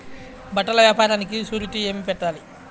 బట్టల వ్యాపారానికి షూరిటీ ఏమి పెట్టాలి?